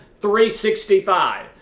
365